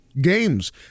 games